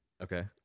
okay